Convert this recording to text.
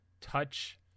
touch